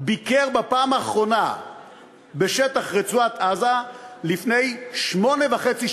ביקר בפעם האחרונה בשטח רצועת-עזה לפני שמונה שנים וחצי.